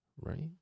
right